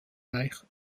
reich